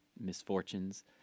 misfortunes